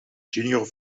junior